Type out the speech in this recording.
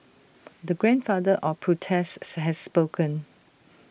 the grandfather of protests has spoken